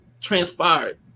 transpired